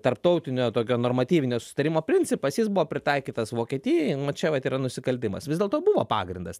tarptautinio tokio normatyvinio susitarimo principas jis buvo pritaikytas vokietijai nu va čia vat yra nusikaltimas vis dėlto buvo pagrindas